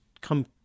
come